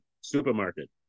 supermarket